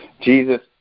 Jesus